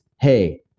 hey